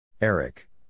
Eric